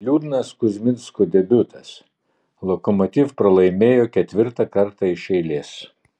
liūdnas kuzminsko debiutas lokomotiv pralaimėjo ketvirtą kartą iš eilės